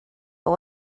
but